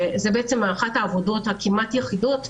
הוא בעצם אחת העבודות היחידות כמעט,